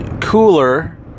cooler